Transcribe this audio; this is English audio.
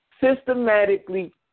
systematically